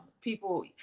people